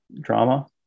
drama